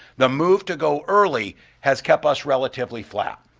the move to go early has kept us relatively flat.